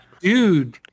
dude